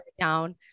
down